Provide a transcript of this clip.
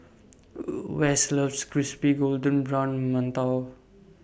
Wess loves Crispy Golden Brown mantou